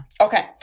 Okay